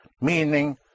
meaning